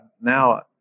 now